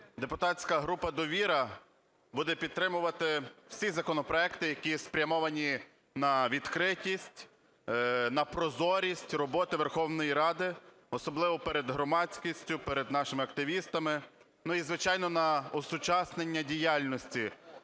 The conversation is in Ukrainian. Депутатська група "Довіра" буде підтримувати всі законопроекти, які спрямовані на відкритість, на прозорість роботи Верховної Ради, особливо перед громадськістю, перед нашими активістами, і звичайно, на осучаснення діяльності